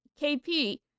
KP